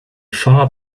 far